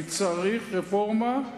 כי צריך רפורמה,